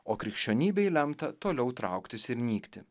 o krikščionybei lemta toliau trauktis ir nykti